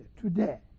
today